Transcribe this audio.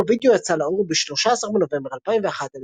אלבום הווידאו יצא לאור ב-13 בנובמבר 2001,